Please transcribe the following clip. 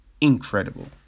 incredible